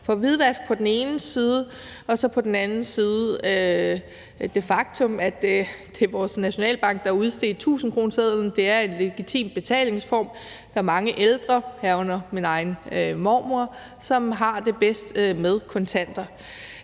for hvidvask, og at der på den anden side er det faktum, at det er vores Nationalbank, der har udstedt tusindkronesedlen, at det er en legitim betalingsform, og at der er mange ældre, herunder min egen mormor, som har det bedst med at